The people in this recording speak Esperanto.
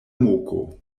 moko